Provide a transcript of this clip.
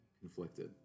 Conflicted